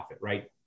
right